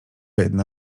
jedna